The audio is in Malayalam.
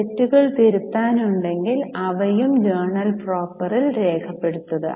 തെറ്റുകൾ തിരുത്താനുണ്ടെങ്കിൽ അവയും ജേർണൽ പ്രോപ്പറിൽ രേഖപ്പെടുത്തുക